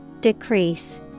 Decrease